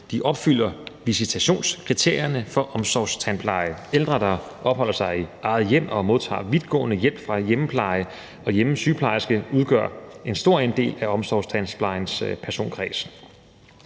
opfylder visitationskriterierne for omsorgstandpleje. Ældre, der opholder sig i eget hjem og modtager vidtgående hjælp fra hjemmeplejen og af hjemmesygeplejersker, udgør en stor andel af omsorgstandplejens personkreds.